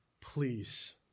please